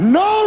no